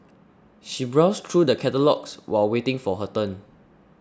she browsed through the catalogues while waiting for her turn